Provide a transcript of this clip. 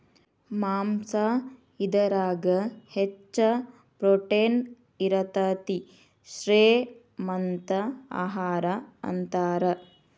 ಮಾಂಸಾ ಇದರಾಗ ಹೆಚ್ಚ ಪ್ರೋಟೇನ್ ಇರತತಿ, ಶ್ರೇ ಮಂತ ಆಹಾರಾ ಅಂತಾರ